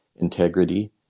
Integrity